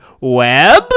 Web